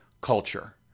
culture